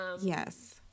yes